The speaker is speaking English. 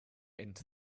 into